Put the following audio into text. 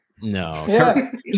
No